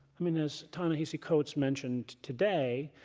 i mean as ta-nehisi coates mentioned today,